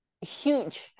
huge